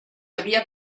había